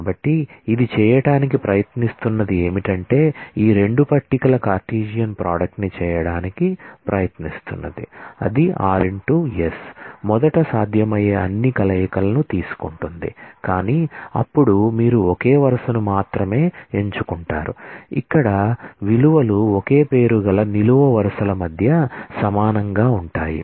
కాబట్టి ఇది చేయటానికి ప్రయత్నిస్తున్నది ఏమిటంటే ఈ రెండు టేబుల్ల కార్టెసియన్ ప్రోడక్ట్ ని చేయడానికి ప్రయత్నిస్తుంది మొదట సాధ్యమయ్యే అన్ని కలయికలను తీసుకుంటుంది కాని అప్పుడు మీరు ఒకే వరుసను మాత్రమే ఎంచుకుంటారు ఇక్కడ విలువలు ఒకే పేరు గల నిలువు వరుసల మధ్య సమానంగా ఉంటాయి